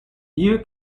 you